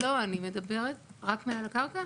רק מעל הקרקע?